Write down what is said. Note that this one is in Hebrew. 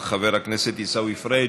של חבר הכנסת עיסאווי פריג'